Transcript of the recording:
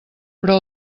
però